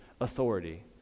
authority